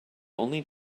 only